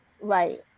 right